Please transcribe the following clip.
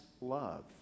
love